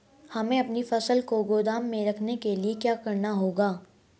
हमें अपनी फसल को गोदाम में रखने के लिये क्या करना होगा?